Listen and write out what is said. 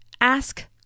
ask